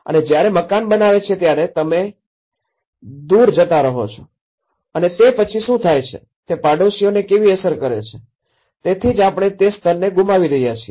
અને જયારે મકાન બનાવે છે ત્યારે તમે તમે દૂર જતા રહો છો અને તે પછી શું થાય છે તે પાડોશીઓને કેવી અસર કરે છે તેથી જ આપણે તે સ્તરને ગુમાવી રહ્યા છીએ